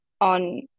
on